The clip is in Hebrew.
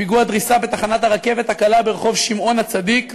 פיגוע דריסה בתחנת הרכבת הקלה ברחוב שמעון הצדיק בירושלים,